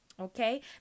Okay